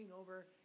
over